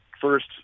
first –